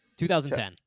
2010